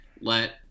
let